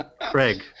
Craig